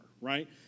right